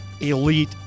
elite